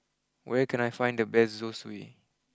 where can I find the best Zosui